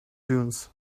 dunes